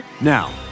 Now